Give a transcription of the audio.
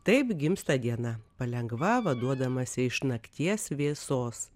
taip gimsta diena palengva vaduodamasi iš nakties vėsos